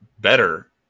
better